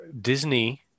Disney